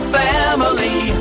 family